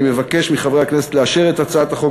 אני מבקש מחברי הכנסת לאשר את הצעת החוק